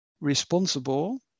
responsible